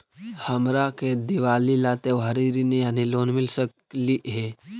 हमरा के दिवाली ला त्योहारी ऋण यानी लोन मिल सकली हे?